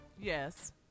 Yes